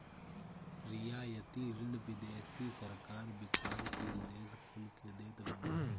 रियायती ऋण विदेशी सरकार विकासशील देस कुल के देत बानी